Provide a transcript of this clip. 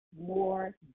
more